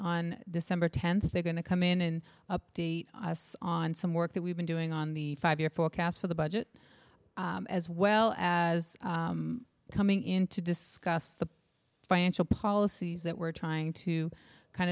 on december tenth they're going to come in and update us on some work that we've been doing on the five year forecast for the budget as well as coming in to discuss the financial policies that we're trying to kind